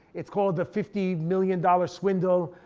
it's called the fifty million dollar swindle.